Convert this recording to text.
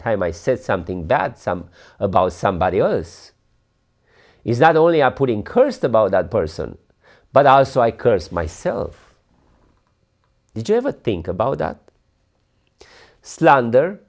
time i said something bad some about somebody earth is not only are putting cursed about that person but also i curse myself did you ever think about that slander